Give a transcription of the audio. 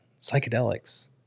psychedelics